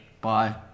Bye